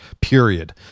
period